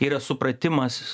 yra supratimas